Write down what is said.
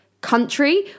country